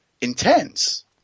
intense